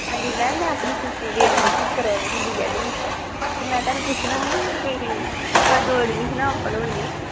ਹਾਂਜੀ ਮੈਮ ਮੈਂ ਆਪਣੀ ਸਿਸਟਰ ਦੀ ਐਡਮਿਸ਼ਨ ਕਰਾਉਣੀ ਬੀ ਐੱਡ ਵਿੱਚ ਫਿਰ ਮੈਂ ਤੁਹਾਨੂੰ ਪੁੱਛਣਾ ਸੀ ਵੀ ਕਦੋਂ ਐਡਮਿਸ਼ਨਾਂ ਓਪਨ ਹੋਣੀਆਂ